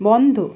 বন্ধ